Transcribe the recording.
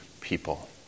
people